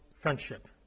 Friendship